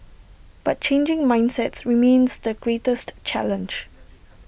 but changing mindsets remains the greatest challenge